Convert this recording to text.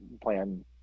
plan